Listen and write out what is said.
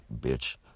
bitch